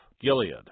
Gilead